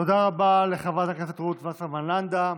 תודה רבה לחברת הכנסת רות וסרמן לנדה.